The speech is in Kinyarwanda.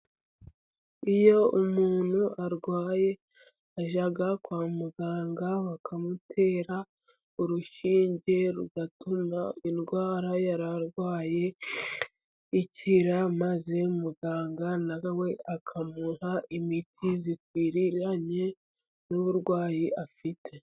Iyo umuntu arwaye, ajya kwa muganga bakamutera urushinge rugatuma indwara yararwaye ikira, maze muganga na we akamuha imiti ikwiranye n'uburwayi afite.